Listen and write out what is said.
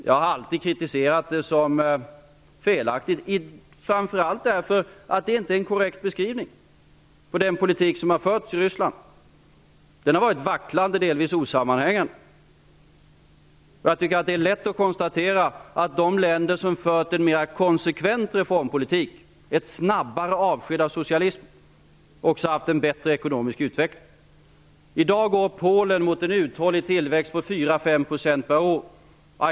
Jag har alltid kritiserat begreppet chockterapi som felaktigt, framför allt eftersom det inte är en korrekt beskrivning. Den politik som har förts i Ryssland har varit vacklande och delvis osammanhängande. Det är lätt att konstatera att de länder som har fört en mer konsekvent reformpolitik och tagit ett snabbare avsked från socialismen också har haft en bättre ekonomisk utveckling. I dag går Polen mot en uthållig tillväxt på 4--5 % per år.